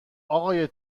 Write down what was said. اقای